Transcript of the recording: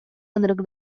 ынырык